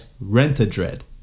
rent-a-dread